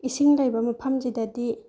ꯏꯁꯤꯡ ꯂꯩꯕ ꯃꯐꯝꯁꯤꯗꯗꯤ